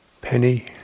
penny